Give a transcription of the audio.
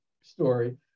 story